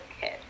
kid